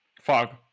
Fog